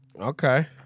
Okay